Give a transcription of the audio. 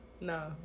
No